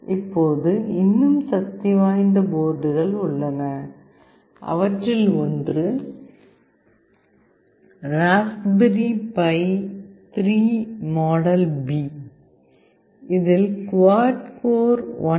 இப்போது இன்னும் சக்திவாய்ந்த போர்டுகள் உள்ளன அவற்றில் ஒன்று ராஸ்பெர்ரி பை 3 மாடல் பி இதில் குவாட் கோர் 1